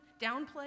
downplay